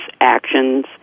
actions